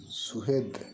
ᱥᱩᱦᱮᱫ